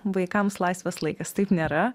vaikams laisvas laikas taip nėra